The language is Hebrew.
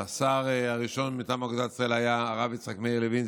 והשר הראשון מטעם אגודת ישראל היה הרב יצחק מאיר לוין,